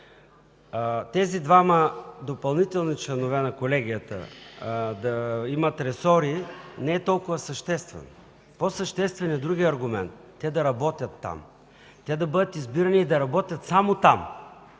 тези двама допълнителни членове на Колегията да имат ресори не е толкова съществен, по-съществен е другият аргумент – те да работят там. Да бъдат избирани и да работят само там.